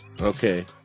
Okay